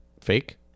fake